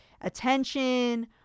attention